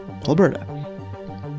alberta